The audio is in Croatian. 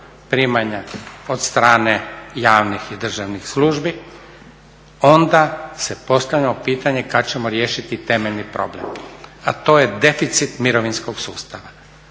primanja od strane javnih i državnih službi. Onda se postavlja pitanje kad ćemo riješiti temeljni problem, a to je deficit mirovinskog sustava?